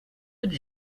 would